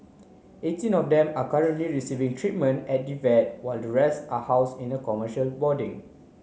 eighteen of them are currently receiving treatment at the vet while the rest are house in a commercial boarding